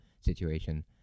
situation